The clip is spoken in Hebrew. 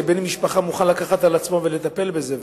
שבן משפחה מוכן לקחת על עצמו לטפל בזה.